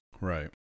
Right